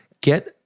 get